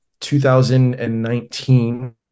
2019